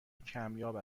کمیاب